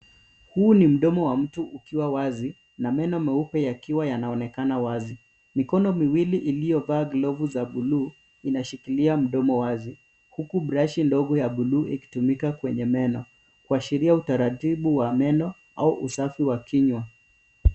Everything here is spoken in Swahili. Huu ni mdomo wa mtu ukiwa wazi na meno meupe yakiw yanaonekana wazi, mikono miwili iliyovaa glovu za buluu inashikilia mdomo wazi huku brashi ndogo ya buluu ikitumika kwenye meno kuashiria utaratibu wa meno au usafi wa kiywa.